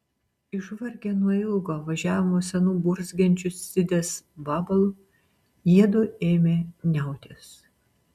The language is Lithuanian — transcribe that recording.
išvargę nuo ilgo važiavimo senu burzgiančiu sidės vabalu jiedu ėmė niautis